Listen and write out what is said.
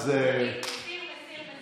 אז אני מסיר בשם כולם,